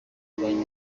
kurwanya